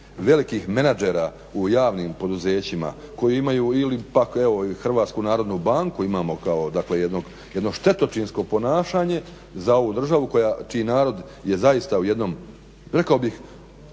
velikih menadžera u javnim poduzećima koji imaju ili pak HNB imamo kao jedno štetočinsko ponašanje za ovu državu koja, čiji narod je zaista u jednom rekao bih